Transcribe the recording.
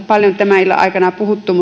paljon tämän illan aikana puhuttu